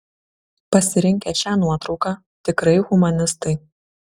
pasirinkę šią nuotrauką tikrai humanistai